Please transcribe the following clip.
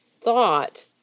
thought